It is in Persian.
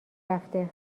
رفته